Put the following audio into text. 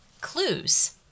clues